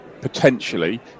potentially